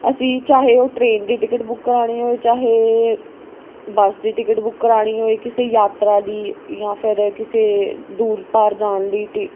ਅਸੀਂ ਚਾਹੇ ਉਹ ਟ੍ਰੇਨ ਦੀ ਟਿਕਟ ਬੁੱਕ ਕਰਵਾਉਣੀ ਹੋਏ ਚਾਹੇ ਬੱਸ ਦੀ ਟਿਕਟ ਬੁੱਕ ਕਰਵਾਉਣੀ ਹੋਈ ਕਿਸੇ ਯਾਤਰਾ ਦੀ ਜਾਂ ਫਿਰ ਕਿਸੇ ਦੂਰ ਪਾਰ ਜਾਣ ਲਈ ਟੀ